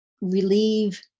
relieve